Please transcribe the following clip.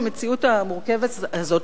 במציאות המורכבת הזאת,